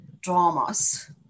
dramas